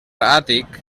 àtic